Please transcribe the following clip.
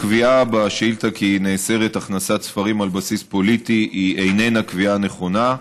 הקביעה בשאילתה שנאסרת הכנסת ספרים על בסיס פוליטי איננה קביעה נכונה.